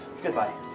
goodbye